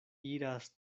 iras